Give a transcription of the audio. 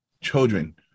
children